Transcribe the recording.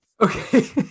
Okay